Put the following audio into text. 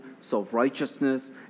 self-righteousness